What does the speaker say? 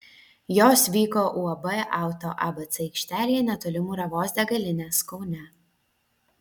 jos vyko uab auto abc aikštelėje netoli muravos degalinės kaune